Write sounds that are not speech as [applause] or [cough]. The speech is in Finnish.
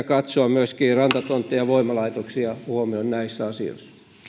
[unintelligible] katsoa myöskin rantatontteja ja voimalaitoksia näissä asioissa